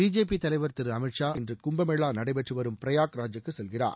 BJP கட்சி தலைவர் திரு அமீத்ஷா இன்று கும்பமேளா நடைபெற்று வரும் பிரயாக்ராஜ் க்கு செல்கிறார்